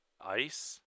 Ice